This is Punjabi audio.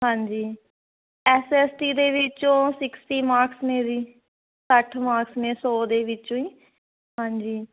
ਹਾਂਜੀ ਐੱਸ ਐੱਸ ਟੀ ਦੇ ਵਿੱਚੋਂ ਸਿਕਸਟੀ ਮਾਰਕਸ ਨੇ ਵੀ ਸੱਠ ਮਾਰਕਸ ਨੇ ਸੌ ਦੇ ਵਿੱਚੋਂ ਹੀ ਹਾਂਜੀ